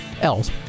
else